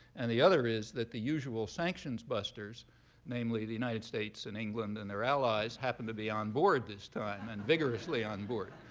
and the other is that the usual sanctions busters namely the united states and england and their allies happen to be onboard this time, and vigorously onboard.